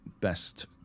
best